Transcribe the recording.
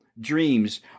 dreams